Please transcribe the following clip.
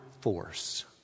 force